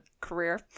career